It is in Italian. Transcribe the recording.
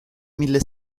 mille